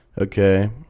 Okay